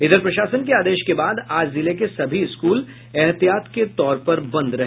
इधर प्रशासन के आदेश के बाद आज जिले के सभी स्कूल एहतियात के तौर पर बंद रहे